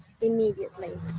immediately